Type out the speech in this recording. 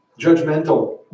judgmental